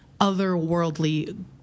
otherworldly